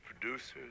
producers